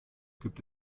gibt